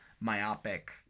myopic